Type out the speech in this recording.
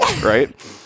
right